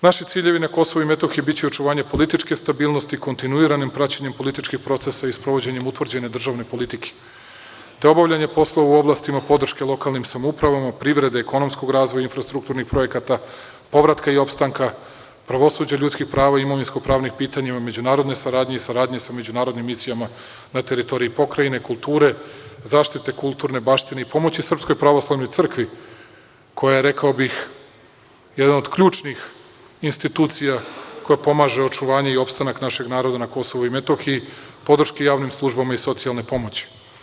Naši ciljevi na Kosovu i Metohiji biće očuvanje političke stabilnosti, kontinuiranim praćenjem političkih procesa i sprovođenjem utvrđene državne politike, te obavljanje poslova u oblastima podrške lokalnim samoupravama, privrede, ekonomskog razvoja, infrastrukturnih projekata, povratka i opstanka, pravosuđa, ljudskih prava, imovinsko-pravnih pitanja, o međunarodnoj saradnji i saradnji sa međunarodnim misijama na teritoriji Pokrajine, kulture, zaštite kulturne baštine i pomoći Srpskoj pravoslavnoj crkvi, koja je, rekao bih, jedna od ključnih institucija koja pomaže očuvanje i opstanak našeg naroda na Kosovu i Metohiji, podrške javnim službama i socijalne pomoći.